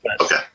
Okay